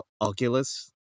Oculus